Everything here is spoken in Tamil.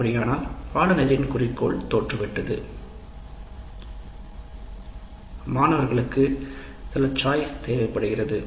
அப்படியானால் பாடநெறியின் குறிக்கோள் தோற்றுவிட்டது மாணவர்களுக்கு சில சாய்ஸ் தேவைப்படுகிறது